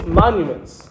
monuments